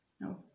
No